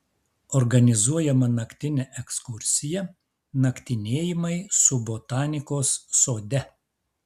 organizuojama naktinė ekskursija naktinėjimai su botanikos sode